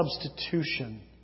substitution